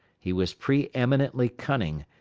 he was preeminently cunning,